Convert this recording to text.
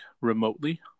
remotely